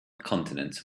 continents